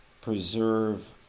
preserve